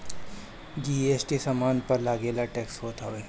GST सामान पअ लगेवाला टेक्स होत हवे